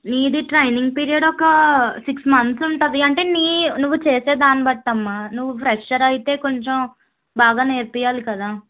నీది training period ఒక six months ఉంటుంది అంటే నీ నువ్వు చేసే దాని బట్టి అమ్మ నువ్వు ప్రెషర్ అయితే కొంచెం బాగా నేర్పించాలి కదా